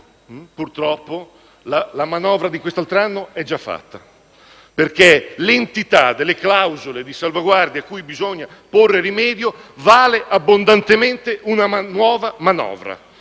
Purtroppo la manovra del prossimo anno è già fatta, perché l'entità delle clausole di salvaguardia cui bisogna porre rimedio vale abbondantemente una nuova manovra.